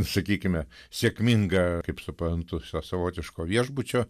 sakykime sėkmingą kaip suprantu šio savotiško viešbučio